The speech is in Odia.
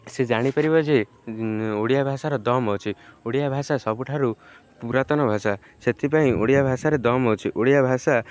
ସେ ଜାଣିପାରିବ ଯେ ଓଡ଼ିଆ ଭାଷାର ଦମ୍ ଅଛି ଓଡ଼ିଆ ଭାଷା ସବୁଠାରୁ ପୁରାତନ ଭାଷା ସେଥିପାଇଁ ଓଡ଼ିଆ ଭାଷାରେ ଦମ୍ ଅଛି ଓଡ଼ିଆ ଭାଷା